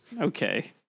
Okay